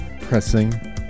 pressing